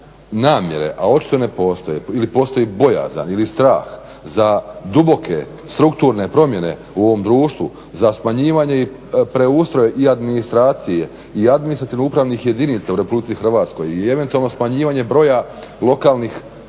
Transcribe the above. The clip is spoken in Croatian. namjere, a očito ne postoje ili postoji bojazan ili strah za duboke strukturne promjene u ovom društvu, za smanjivanje i preustroj i administracije i administrativno-upravnih jedinica u Republici Hrvatskoj i eventualno smanjivanje broja lokalnih